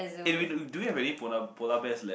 eh we do do we have any polar polar bears left